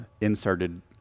inserted